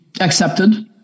accepted